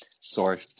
Sorry